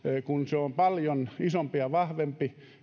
kun se on paljon isompi ja vahvempi